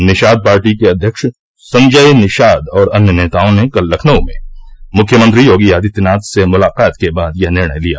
Nishad party के अध्यक्ष संजय निषाद और अन्य नेताओं ने कल लखनऊ में मुख्यमंत्री योगी आदित्यनाथ से मुलाकात के बाद यह निर्णय लिया